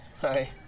Hi